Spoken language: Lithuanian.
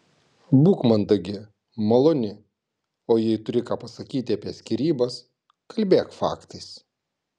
būk mandagi maloni o jei turi ką pasakyti apie skyrybas kalbėk faktais